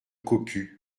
cocu